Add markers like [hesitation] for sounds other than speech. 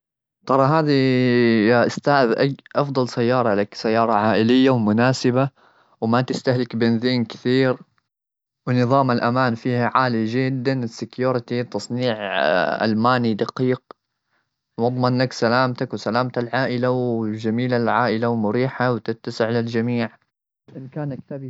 ترى هذي [hesitation] يا أستاذ-أي أفضل سيارة لك؟ سيارة عائلية ومناسبة، وما تستهلك بنزين كثير، ونظام الأمان فيها عالي جدا. الsecurity تصنيع ألماني دقيق وأضمن لك سلامتك وسلامة العائلة، وجميلة للعائلة ومريحة وتتسع للجميع. إن كانت تبي تشتري سيارة، فهذه أفضل خيار لك، أنا أنصحك بها.